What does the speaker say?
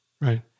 Right